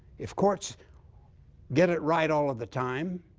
if courts get it right all of the time,